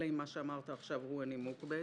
אלא אם מה שאמרת עכשיו הוא הנימוק בעצם?